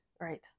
Right